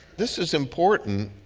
this is important.